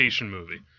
movie